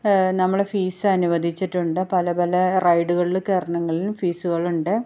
നമ്മൾ ഫീസ് അനുവദിച്ചിട്ടുണ്ട് പല പല റൈഡുകളിൽ കയറണമെങ്കിലും ഫീസുകൾ ഉണ്ട്